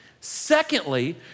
Secondly